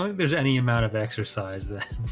there's any amount of exercise then